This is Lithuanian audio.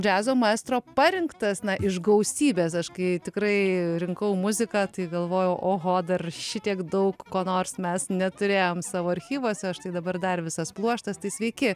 džiazo maestro parinktas na iš gausybės aš kai tikrai rinkau muziką tai galvojau oho dar šitiek daug ko nors mes neturėjom savo archyvuose štai dabar dar visas pluoštas tai sveiki